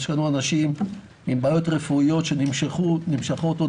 יש לנו אנשים עם בעיות רפואיות שנמשכות עוד